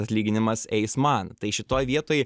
atlyginimas eis man tai šitoj vietoj